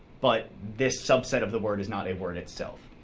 but this subset of the word is not a word itself.